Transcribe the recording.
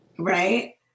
right